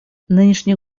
нынешний